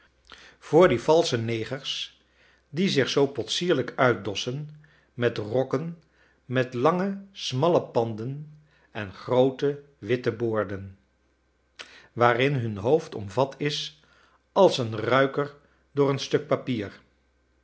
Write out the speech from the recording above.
voor die valsche negers die zich zoo potsierlijk uitdossen met rokken met lange smalle panden en groote witte boorden waarin hun hoofd omvat is als een ruiker door een stuk papier